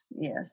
yes